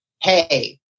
hey